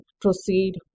proceed